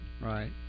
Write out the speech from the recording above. right